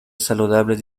saludables